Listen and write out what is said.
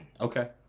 Okay